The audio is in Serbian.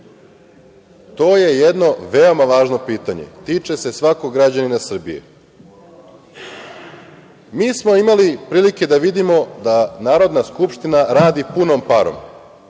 je jedno veoma važno pitanje i tiče svakog građanina Srbije. Mi smo imali prilike da vidimo da Narodna skupština radi punom parom,